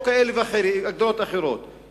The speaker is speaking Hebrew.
או הגדרות כאלה ואחרות.